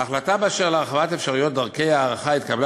ההחלטה אשר להרחבת אפשרויות דרכי ההערכה התקבלה